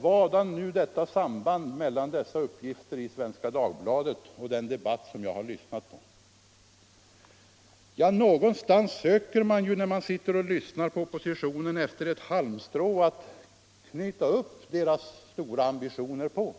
Vadan nu sambandet mellan dessa uppgifter i Svenska Dagbladet och den debatt jag har lyssnat på? Ja, man söker ju, när man sitter och lyssnar på oppositionen, efter ett halmstrå att haka upp deras stora ambitioner på.